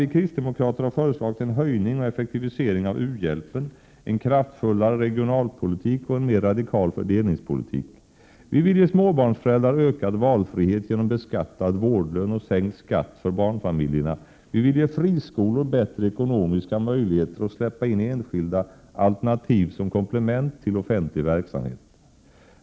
Vi kristdemokrater har föreslagit en höjning och effektivisering av u-hjälpen, en kraftfullare regionalpolitik och en mer radikal fördelningspolitik. Vi vill ge småbarnsföräldrar ökad valfrihet genom beskattad vårdlön och sänkt skatt för barnfamiljerna. Vi vill ge friskolor bättre ekonomiska möjligheter och släppa in enskilda alternativ som komplement till offentlig verksamhet.